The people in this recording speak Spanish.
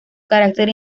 carácter